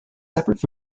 separate